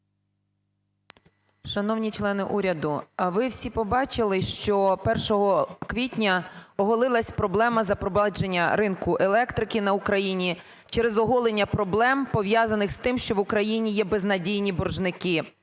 Шановні члени уряду, ви всі побачили, що 1 квітня оголилася проблема запровадження ринку електрики на Україні через оголення проблем, пов'язаних з тим, що в Україні є безнадійні боржники